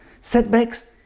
Setbacks